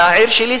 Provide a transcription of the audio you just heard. על העיר שלי,